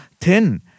thin